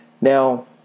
Now